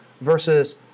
versus